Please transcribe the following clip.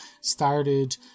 started